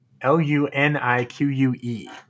l-u-n-i-q-u-e